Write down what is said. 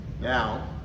Now